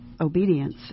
obedience